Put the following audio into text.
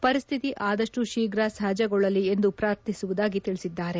ವರಿಸ್ಲಿತಿ ಆದಷ್ಟು ಶೀಘ್ರ ಸಹಜಗೊಳ್ಳಲಿ ಎಂದು ಪ್ರಾರ್ಥಿಸುವುದಾಗಿ ತಿಳಿಸಿದ್ದಾರೆ